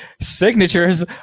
signatures